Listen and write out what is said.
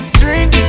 drink